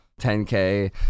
10k